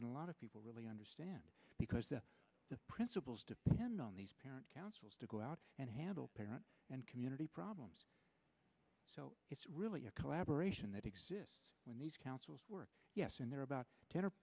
that a lot of people really understand because the principals depend on these parents councils to go out and handle parent and community problems so it's really a collaboration that exists when these councils work yes and there are about ten or